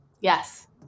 Yes